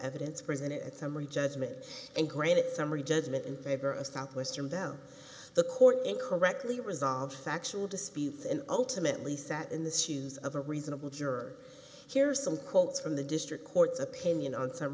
evidence presented summary judgment and granted summary judgment in favor of southwestern bell the court incorrectly resolved factual dispute and ultimately sat in the shoes of a reasonable juror here some quotes from the district court's o